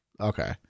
Okay